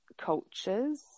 cultures